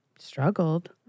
struggled